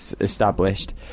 established